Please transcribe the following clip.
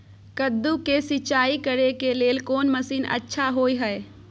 कद्दू के सिंचाई करे के लेल कोन मसीन अच्छा होय है?